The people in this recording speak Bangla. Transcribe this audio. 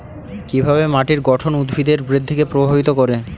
কিভাবে মাটির গঠন উদ্ভিদের বৃদ্ধিকে প্রভাবিত করে?